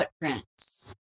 footprints